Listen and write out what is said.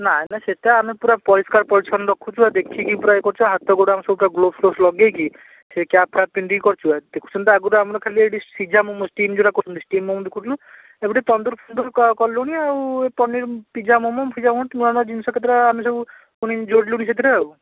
ନାଇଁ ନାଇଁ ସେଟା ଆମେ ପୂରା ପରିଷ୍କାର ପରିଚ୍ଛନ୍ନ ରଖୁଛୁ ଆଉ ଦେଖିକି ପୂରା ଇଏ କରୁଛୁ ହାତ ଗୋଡ଼ ଆମେ ସବୁ ଗ୍ଲୋବସ୍ ଫ୍ଲୋବସ୍ ଲଗେଇକି ସେ କ୍ୟାପ୍ ଫ୍ୟାପ୍ ପିନ୍ଧିକି କରୁଛୁ ଦେଖୁଛନ୍ତି ଆଗରୁ ଆମେ ଖାଲି ଏଠି ସିଝା ମୋମୋ ଷ୍ଟିମ୍ ଯୋଉଟା କହୁଛନ୍ତି ଷ୍ଟିମ୍ ମୋମୋ ବିକୁଛୁ ଏପଟେ ତନ୍ଦୁର୍ ଫନ୍ଦୁର୍ କଲୁଣି ଆଉ ପନିର୍ ପିଜ୍ଜା ମୋମୋ ପିଜ୍ଜା ମୋମୋ ନୂଆ ନୂଆ ଜିନିଷ କେତେଟା ଆମେ ସବୁ ପୁଣି ଜୁଡ଼ିଲୁଣି ସେଥିରେ ଆଉ